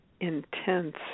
intense